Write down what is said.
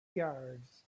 yards